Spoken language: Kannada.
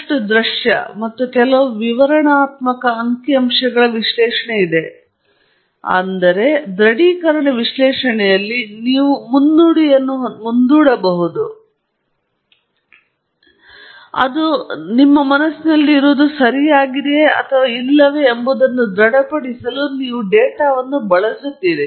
ಸಾಕಷ್ಟು ದೃಶ್ಯ ಮತ್ತು ಕೆಲವು ವಿವರಣಾತ್ಮಕ ಅಂಕಿಅಂಶಗಳ ವಿಶ್ಲೇಷಣೆ ಇದೆ ಆದರೆ ದೃಢೀಕರಣ ವಿಶ್ಲೇಷಣೆಯಲ್ಲಿ ನೀವು ಮುನ್ನುಡಿಯನ್ನು ಮುಂದೂಡಬಹುದು ಮತ್ತು ನೀವು ಮನಸ್ಸಿನಲ್ಲಿರುವುದು ಯಾವುದು ಸರಿಯಾಗಿದೆಯೇ ಅಥವಾ ಇಲ್ಲವೇ ಎಂಬುದನ್ನು ದೃಢಪಡಿಸಲು ನೀವು ಡೇಟಾವನ್ನು ಬಳಸುತ್ತೀರಿ